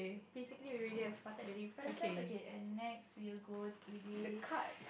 basically we already have spotted the differences okay and next we will go to the